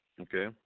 okay